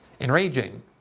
enraging